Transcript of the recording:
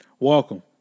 Welcome